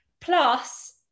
Plus